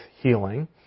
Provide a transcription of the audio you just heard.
healing